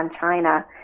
China